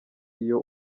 iyo